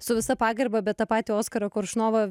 su visa pagarba bet tą patį oskarą koršunovą